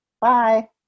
Bye